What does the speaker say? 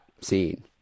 scene